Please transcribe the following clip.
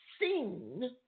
seen